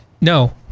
no